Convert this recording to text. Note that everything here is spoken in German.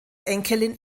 enkelin